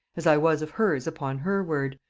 as i was of hers upon her word,